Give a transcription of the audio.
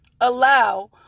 allow